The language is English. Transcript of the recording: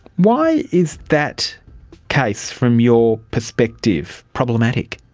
why is that case, from your perspective, problematic?